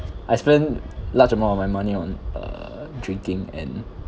I spent large amount of my money on err drinking and